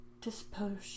disposition